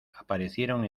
aparecieron